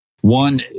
one